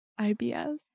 ibs